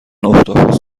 اختاپوس